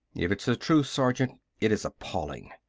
if it's the truth, sergeant, it is appalling.